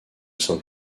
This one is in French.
saint